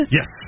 Yes